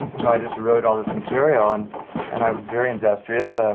so i just wrote all this material. and and i was very industrious,